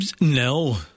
no